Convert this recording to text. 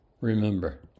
Remember